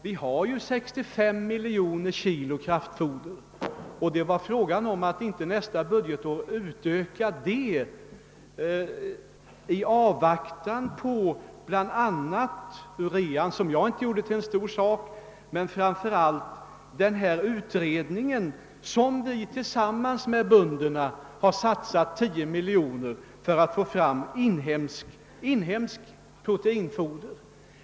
Vi har 65 miljoner kilo kraftfoder och det var frågan om att under nästa budgetår inte utöka det i avvaktan på bl.a. urean — som jag inte gjorde till någon stor sak — men framför allt på den utredning, på vilken vi tillsammans med bönderna har satsat 10 miljoner kronor för att få fram inhemskt proteinfoder.